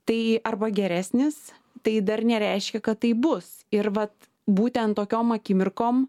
tai arba geresnis tai dar nereiškia kad taip bus ir vat būtent tokiom akimirkom